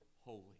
holy